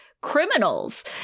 criminals